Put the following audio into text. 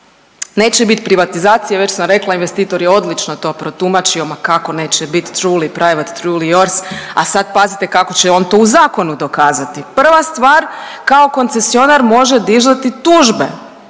Neće bit privatizacije, već sam rekla investitor je odlično to protumačio, ma kako neće bit…/Govornik se ne razumije/… i…/Govornik se ne razumije/…,a sad pazite kako će on to u zakonu dokazati. Prva stvar, kao koncesionar može dizati tužbe